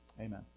Amen